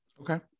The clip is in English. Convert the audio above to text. okay